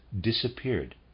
disappeared